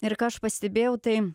ir ką aš pastebėjau tai